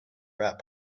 route